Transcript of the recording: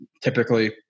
typically